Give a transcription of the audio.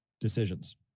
decisions